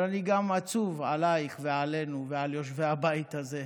אבל אני גם עצוב עלייך, עלינו ועל יושבי הבית הזה,